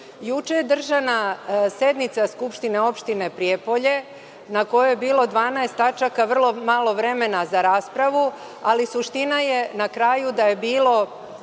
je održana sednica skupštine opštine Prijepolje na kojoj je bilo 12 tačaka, vrlo malo vremena za raspravu, ali suština je na kraju da je bilo